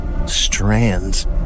Strands